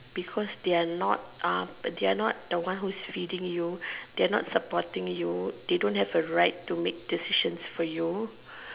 because they are not uh they are not the ones who is feeding you they are not supporting you they don't have a right to make decisions for you